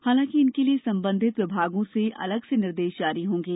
हालंकि इनके लिए सम्बंधित विभागों से अलग से निर्देश जारी होंगे